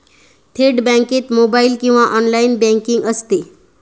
थेट बँकेत मोबाइल किंवा ऑनलाइन बँकिंग असते